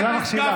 שאלה מכשילה.